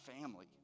family